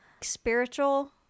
spiritual